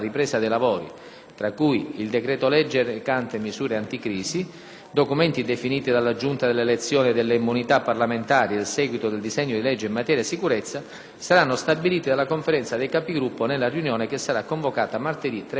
(tra cui il decreto-legge recante misure anticrisi, documenti definiti dalla Giunta delle elezioni e delle immunità parlamentari e il seguito del disegno di legge in materia di sicurezza) saranno stabiliti dalla Conferenza dei Capigruppo nella riunione che sarà convocata martedì 13 gennaio.